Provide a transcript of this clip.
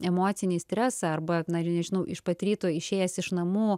emocinį stresą arba na nežinau iš pat ryto išėjęs iš namų